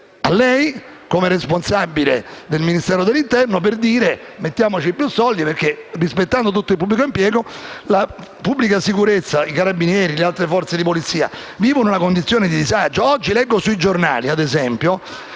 a lei, come responsabile del Ministero dell'interno, per dire di metterci più soldi perché, pur rispettando tutto il pubblico impiego, la pubblica sicurezza, i Carabinieri e le altre forze di polizia vivono una condizione di disagio. Oggi leggo sui giornali, ad esempio,